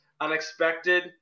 unexpected